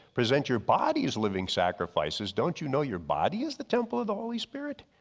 present your bodies living sacrifices, don't you know your body is the temple of the holy spirit.